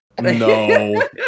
No